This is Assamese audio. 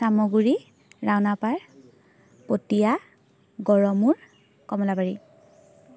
চামগুৰি ৰাণাপাৰ পতিয়া গড়মূৰ কমলাবাৰী